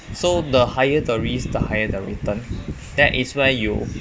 so the higher the risk the higher the return that is where you